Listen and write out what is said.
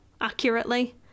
accurately